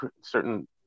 certain